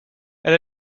elle